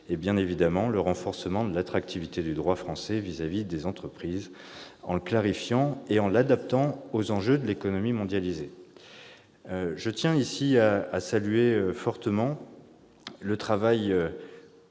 ; enfin, le renforcement de l'attractivité du droit français vis-à-vis des entreprises, en clarifiant et en adaptant ce dernier aux enjeux de l'économie mondialisée. Je tiens ici à saluer sincèrement le travail